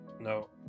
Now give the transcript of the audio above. no